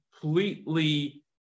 completely